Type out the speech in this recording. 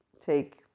take